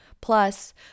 Plus